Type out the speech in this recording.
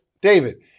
David